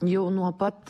jau nuo pat